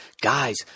Guys